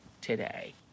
today